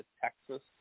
Texas